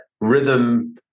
rhythm